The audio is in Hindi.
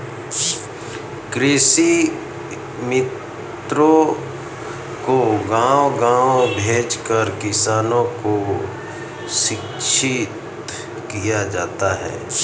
कृषि मित्रों को गाँव गाँव भेजकर किसानों को शिक्षित किया जाता है